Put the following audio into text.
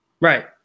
Right